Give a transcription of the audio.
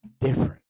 different